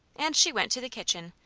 and she went to the kitchen,